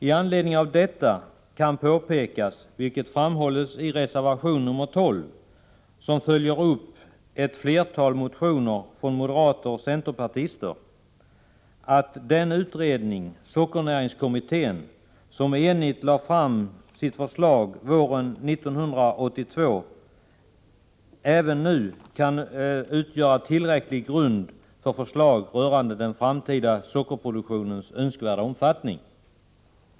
Med anledning härav kan påpekas, vilket framhålls i reservation 12 som följer upp flera motioner från moderater och centerpartister, att den utredning sockernäringskommittén enigt lade fram våren 1982 även nu kan utgöra tillräcklig grund för förslag rörande den framtida sockerproduktionens önskvärda omfattning.